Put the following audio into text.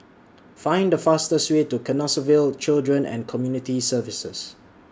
Find The fastest Way to Canossaville Children and Community Services